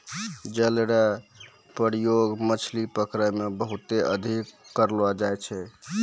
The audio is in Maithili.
जाल रो प्रयोग मछली पकड़ै मे बहुते अधिक करलो जाय छै